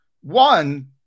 One